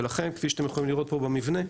ולכן כפי שאתם יכולים לראות פה במבנה,